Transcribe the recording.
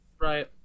Right